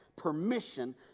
permission